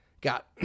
got